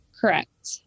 Correct